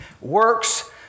works